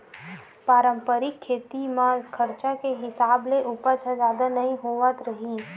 पारंपरिक खेती म खरचा के हिसाब ले उपज ह जादा नइ होवत रिहिस